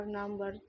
number